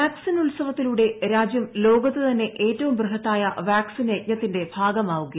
vaccine ഉത്സവത്തിലൂടെ രാജ്യം ലോകത്ത് തന്നെ ഏറ്റവും ബൃഹത്തായ വാക്സിൻ യജ്ഞത്തിന്റെ ഭാഗമാവുകയാണ്